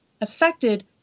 affected